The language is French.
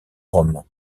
rome